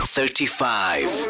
Thirty-five